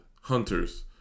hunters